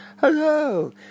Hello